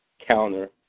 counter